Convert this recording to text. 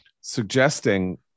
suggesting